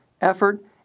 effort